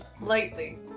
Lightly